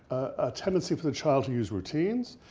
a tendency for the child to use routines,